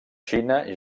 xina